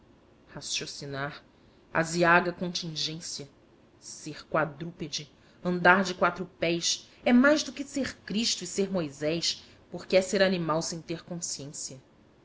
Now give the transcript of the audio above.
raciocinar aziaga contingência ser quadrúpede andar de quatro pés é mais do que ser cristo e ser moisés porque é ser animal sem ter consciência